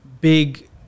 Big